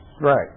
right